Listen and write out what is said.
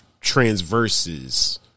transverses